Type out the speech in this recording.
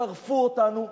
טרפו אותנו,